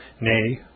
nay